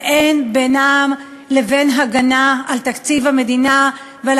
ואין בינן לבין הגנה על תקציב המדינה ועל